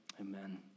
Amen